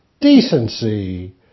decency